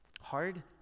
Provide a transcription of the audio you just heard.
Hard